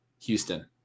Houston